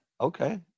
okay